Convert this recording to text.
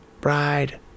bride